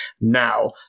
now